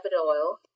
oil